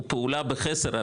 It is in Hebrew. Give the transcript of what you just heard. הוא פעולה בחסר,